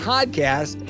podcast